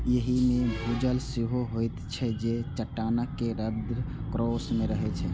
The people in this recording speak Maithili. एहि मे भूजल सेहो होइत छै, जे चट्टानक रंध्रकोश मे रहै छै